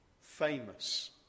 famous